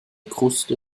kruste